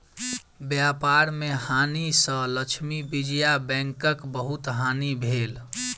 व्यापार में हानि सँ लक्ष्मी विजया बैंकक बहुत हानि भेल